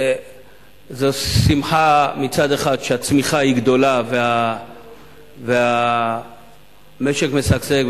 זאת שמחה שהצמיחה גדולה והמשק משגשג,